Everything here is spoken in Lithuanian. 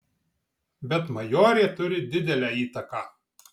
bet majorė turi didelę įtaką